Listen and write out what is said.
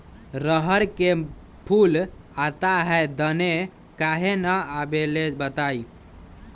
रहर मे फूल आता हैं दने काहे न आबेले बताई?